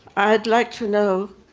i'd like to know